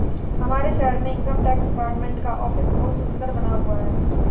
हमारे शहर में इनकम टैक्स डिपार्टमेंट का ऑफिस बहुत सुन्दर बना हुआ है